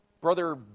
brother